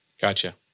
Gotcha